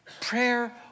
Prayer